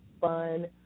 fun